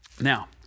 Now